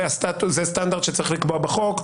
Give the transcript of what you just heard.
זה סטנדרט שצריך לקבוע בחוק.